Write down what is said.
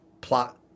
plot